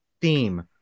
theme